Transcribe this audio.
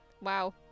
Wow